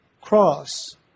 cross